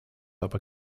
aber